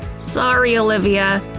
sorry, olivia.